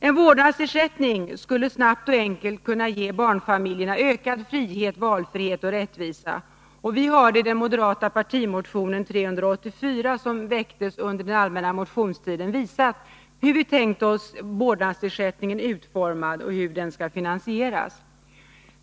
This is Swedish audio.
En vårdnadsersättning skulle snabbt och enkelt kunna ge barnfamiljerna ökad frihet, valfrihet och rättvisa. Vi har i den moderata partimotionen 384, som väcktes under den allmänna motionstiden, visat hur vi tänkt oss vårdnadsersättningen utformad och hur den skall finansieras.